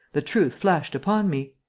the truth flashed upon me.